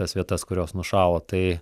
tas vietas kurios nušalo tai